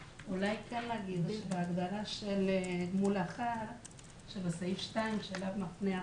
אולי כן אפשר לומר שבהגדרה של סעיף 2 אליו מפנה החוק,